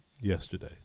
yesterday